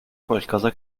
qualcosa